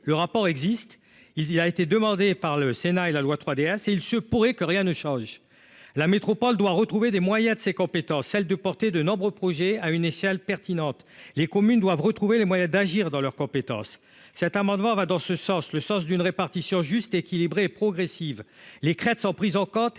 Le rapport existe. Il a été demandé par le Sénat et la loi 3DS. Il se pourrait que rien ne change. La métropole doit retrouver des moyens de ses compétences, celle de porter de nombreux projets à une échelle pertinente. Les communes doivent retrouver les moyens d'agir dans leurs compétences. Cet amendement va dans ce sens, le sens d'une répartition juste équilibrée progressive les crêtes sans prise en compte et